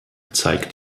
zeigt